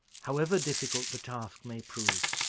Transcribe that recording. however difficult the task may prove.